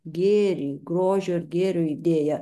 gėrį grožio ir gėrio idėją